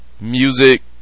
Music